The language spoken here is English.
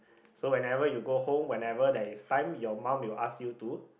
so whenever you go home whenever there is time your mum will ask you to